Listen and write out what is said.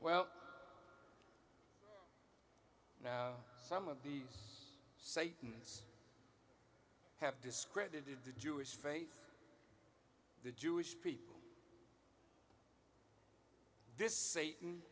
well now some of these satan's have discredited the jewish faith the jewish people this satan